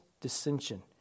dissension